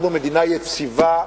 אנחנו מדינה יציבה,